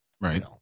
Right